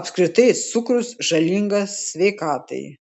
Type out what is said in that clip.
apskritai cukrus žalingas sveikatai